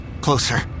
Closer